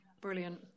brilliant